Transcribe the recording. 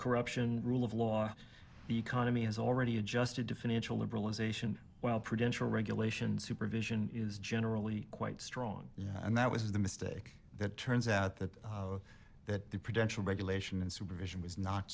corruption rule of law our economy has already adjusted to financial liberalization while prevention regulation supervision is generally quite strong and that was the mistake that turns out that that the prudential regulation and supervision was not